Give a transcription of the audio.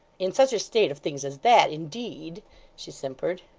in such a state of things as that, indeed she simpered.